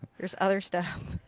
there's other stuff.